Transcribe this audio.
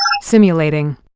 Simulating